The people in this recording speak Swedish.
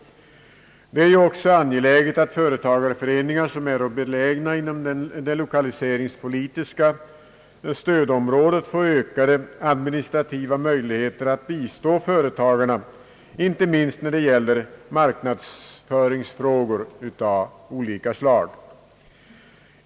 Det är också ange läget att företagareföreningar inom det lokaliseringspolitiska stödområdet får ökade administrativa möjligheter att bistå företagarna inte minst när det gäller marknadsföringsfrågor av olika slag.